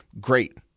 great